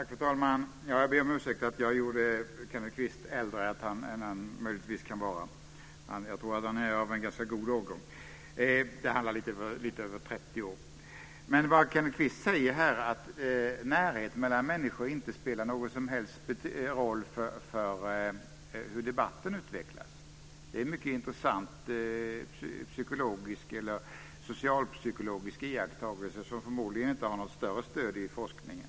Fru talman! Jag ber om ursäkt för att jag gjorde Kenneth Kvist äldre än han möjligtvis kan vara. Jag tror att han är av en ganska god årgång. Det handlar om lite över 30 år. Kenneth Kvist säger här att närheten mellan människor inte spelar någon som helt roll för hur debatten utvecklas. Det är en mycket intressant socialpsykologisk iakttagelse som förmodligen inte har något större stöd i forskningen.